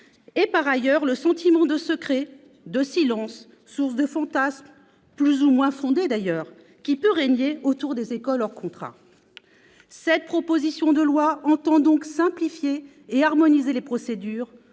et, de l'autre, le sentiment de secret et de silence, source de fantasmes plus ou moins fondés, qui peut régner autour des écoles hors contrat. Cette proposition de loi entend donc simplifier et harmoniser les procédures,